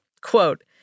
Quote